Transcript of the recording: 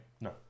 No